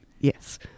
yes